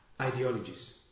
ideologies